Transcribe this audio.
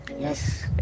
Yes